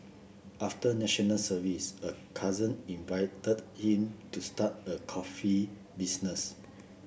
after National Service a cousin invited him to start a coffee business